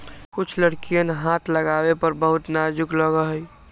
कुछ लकड़ियन हाथ लगावे पर बहुत नाजुक लगा हई